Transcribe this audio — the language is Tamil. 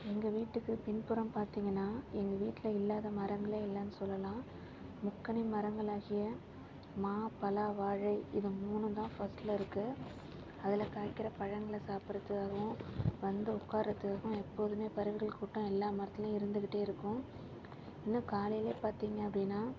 எங்கள் வீட்டுக்கு பின்புறம் பார்த்திங்கன்னா எங்கள் வீட்டில இல்லாத மரங்களே இல்லைன்னு சொல்லலாம் முக்கனி மரங்களாகிய மா பலா வாழை இது மூணும் தான் ஃபர்ஸ்ட்ல இருக்கு அதில் காய்க்கிற பழங்களை சாப்புடுறதுக்காகவும் வந்து உட்காறதுக்காகவும் எப்போதுமே பறவைகள் கூட்டம் எல்லா மரத்திலையும் இருந்துக்கிட்டே இருக்கும் இன்னும் காலையில் பார்த்திங்க அப்படின்னா